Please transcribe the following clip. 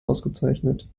ausgezeichnet